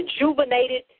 rejuvenated